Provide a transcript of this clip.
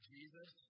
Jesus